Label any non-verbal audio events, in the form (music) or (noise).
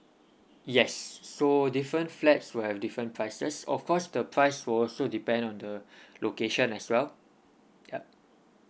yes so different flats will have different prices of course the price will also depend on the (breath) location as well yup